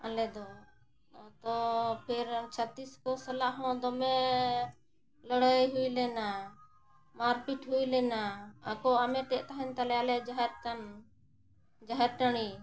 ᱟᱞᱮ ᱫᱚ ᱛᱚ ᱯᱷᱮᱨ ᱪᱷᱟᱛᱤᱠ ᱠᱚ ᱥᱟᱞᱟᱜ ᱦᱚᱸ ᱫᱚᱢᱮ ᱞᱟᱹᱲᱟᱹᱭ ᱦᱩᱭ ᱞᱮᱱᱟ ᱢᱟᱨᱯᱤᱴ ᱦᱩᱭ ᱞᱮᱱᱟ ᱟᱠᱚ ᱦᱟᱢᱮᱴᱮᱫ ᱛᱟᱦᱮᱱ ᱛᱟᱞᱮᱭᱟ ᱟᱞᱮᱭᱟᱜ ᱡᱟᱦᱮᱨ ᱛᱷᱟᱱ ᱡᱟᱦᱮᱨ ᱴᱟᱸᱰᱤ